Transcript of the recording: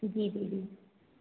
जी दीदी